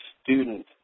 student